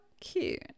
cute